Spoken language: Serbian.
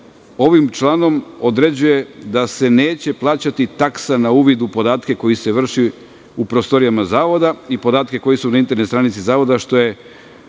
ovim članom određuje da se neće plaćati taksa na uvid u podatke koji se vrši u prostorijama zavoda i podatke koji su na internet stranici zavoda, što je